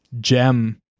gem